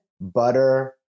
butter